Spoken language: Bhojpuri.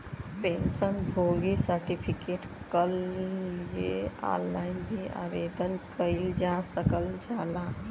पेंशन भोगी सर्टिफिकेट कल लिए ऑनलाइन भी आवेदन कइल जा सकल जाला